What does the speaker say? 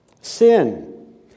Sin